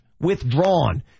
withdrawn